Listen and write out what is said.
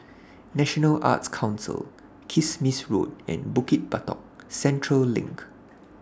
National Arts Council Kismis Road and Bukit Batok Central LINK